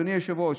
אדוני היושב-ראש,